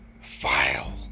File